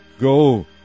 go